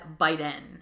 Biden